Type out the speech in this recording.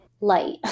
light